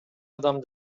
адам